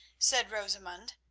said rosamund.